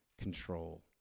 control